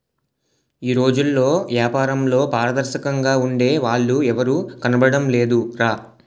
ఈ రోజుల్లో ఏపారంలో పారదర్శకంగా ఉండే వాళ్ళు ఎవరూ కనబడడం లేదురా